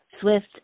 swift